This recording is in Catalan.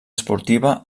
esportiva